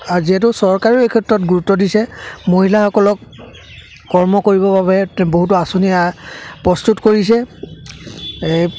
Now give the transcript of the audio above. আৰু যিহেতু চৰকাৰেও এই ক্ষেত্ৰত গুৰুত্ব দিছে মহিলাসকলক কৰ্ম কৰিবৰ বাবে বহুতো আঁচনি আ প্ৰস্তুত কৰিছে আ এই